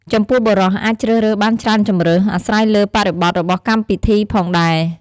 ចំពោះបុរសអាចជ្រើសរើសបានច្រើនជម្រើស អាស្រ័យលើបរិបទរបស់កម្មពិធីផងដែរ។